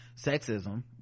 sexism